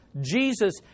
Jesus